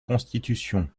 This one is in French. constitution